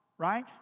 Right